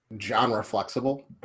genre-flexible